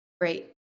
Great